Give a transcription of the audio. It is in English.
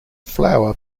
flour